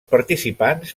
participants